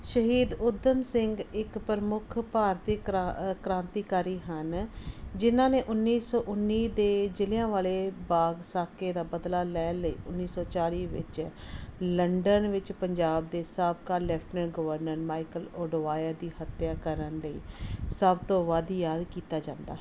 ਸ਼ਹੀਦ ਊਧਮ ਸਿੰਘ ਇੱਕ ਪ੍ਰਮੁੱਖ ਭਾਰਤੀ ਕ੍ਰਾਂ ਕ੍ਰਾਂਤੀਕਾਰੀ ਹਨ ਜਿਨਾਂ ਨੇ ਉੱਨੀ ਸੌ ਉੱਨੀ ਦੇ ਜਿਲ੍ਹਿਆਂ ਵਾਲੇ ਬਾਗ ਸਾਕੇ ਦਾ ਬਦਲਾ ਲੈਣ ਲਈ ਉੱਨੀ ਸੌ ਚਾਲ੍ਹੀ ਵਿੱਚ ਲੰਡਨ ਵਿੱਚ ਪੰਜਾਬ ਦੇ ਸਾਬਕਾ ਲੈਫਟਨਰ ਗਵਰਨਰ ਮਾਈਕਲ ਓਡਵਾਇਰ ਦੀ ਹੱਤਿਆ ਕਰਨ ਲਈ ਸਭ ਤੋਂ ਵੱਧ ਯਾਦ ਕੀਤਾ ਜਾਂਦਾ ਹੈ